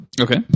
Okay